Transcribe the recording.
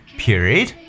period